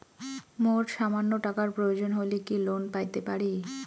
মোর সামান্য টাকার প্রয়োজন হইলে কি লোন পাইতে পারি?